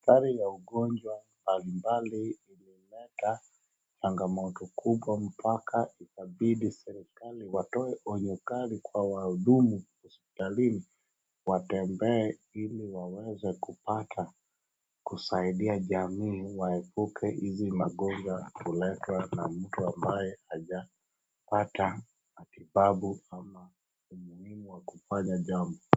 Hali ya ugonjwa mbalimbali ilileta changamoto kubwa mpaka ikabidi serikali watoe onyo kali kwa wahudumu hospitalini watembee ili waweze kupata kusaidia jamii waepuke hizi magonjwa kuletwa na mtu ambaye hajapata matibabu ama umuhimu wa kufanya jambo.